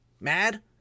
mad